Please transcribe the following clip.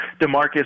DeMarcus